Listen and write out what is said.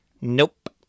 nope